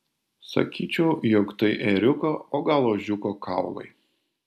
sakyčiau jog tai ėriuko o gal ožiuko kaulai